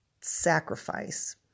sacrifice